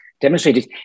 demonstrated